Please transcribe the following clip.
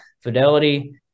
fidelity